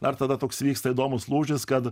dar tada toks vyksta įdomus lūžis kad